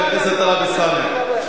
חבר הכנסת טלב אלסאנע.